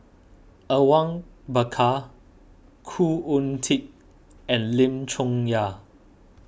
Awang Bakar Khoo Oon Teik and Lim Chong Yah